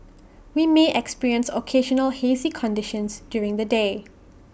we may experience occasional hazy conditions during the day